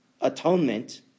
atonement